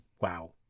WoW